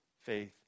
faith